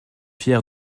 fier